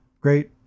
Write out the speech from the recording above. great